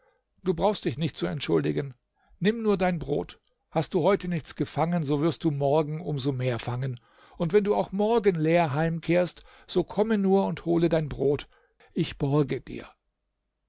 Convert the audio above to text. du brauchst dich nicht zu entschuldigen nimm nur dein brot hast du heute nichts gefangen so wirst du morgen um so mehr fangen und wenn du auch morgen leer heimkehrst so komme nur und hole dein brot ich borge dir